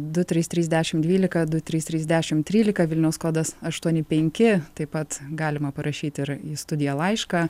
du trys trys dešim dvylika du trys trys dešim trylika vilniaus kodas aštuoni penki taip pat galima parašyt ir į studiją laišką